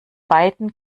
beiden